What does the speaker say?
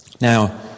Now